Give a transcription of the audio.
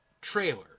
trailer